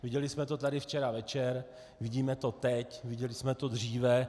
Viděli jsme to tady včera večer, vidíme to teď, viděli jsme to dříve.